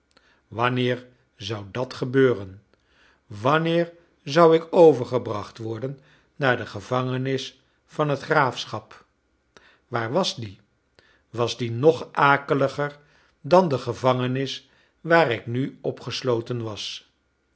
wanneer zou dat gebeuren wanneer zou ik overgebracht worden naar de gevangenis van het graafschap waar was die was die nog akeliger dan de gevangenis waar ik nu opgesloten was